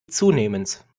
zunehmends